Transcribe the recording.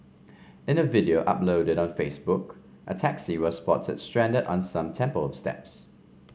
in a video uploaded on Facebook a taxi was spotted stranded on some temple steps